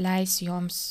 leis joms